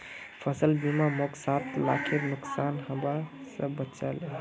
फसल बीमा मोक सात लाखेर नुकसान हबा स बचा ले